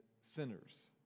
sinners